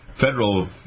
federal